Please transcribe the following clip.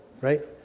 right